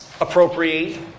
appropriate